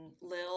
LIL